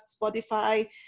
spotify